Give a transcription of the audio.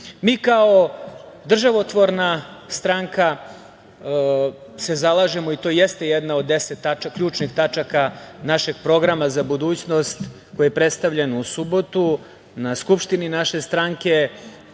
kao državotvorna stranka se zalažemo, i to jeste jedna od 10 ključnih tačaka našeg programa za budućnost koji je predstavljen u subotu na skupštini naše stranke,